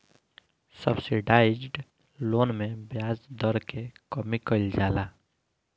subsidised loan में ब्याज दर के कमी कइल जाला